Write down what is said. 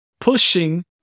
pushing